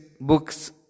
books